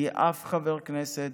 כי אף חבר כנסת,